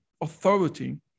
authority